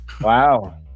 Wow